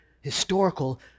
historical